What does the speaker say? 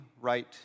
right